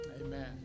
Amen